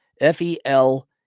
F-E-L